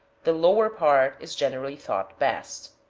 the lower part is generally thought best.